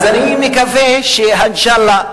אז אני מקווה שה"אינשאללה"